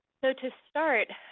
so to start,